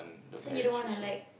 so you don't wanna like